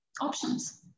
options